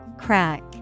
crack